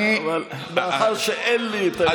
אבל מאחר שאין לי את היכולת הזאת, זה לא יקרה.